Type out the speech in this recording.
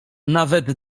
nawet